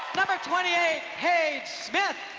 number twenty eight, paige smith.